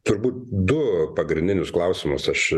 turbūt du pagrindinius klausimus aš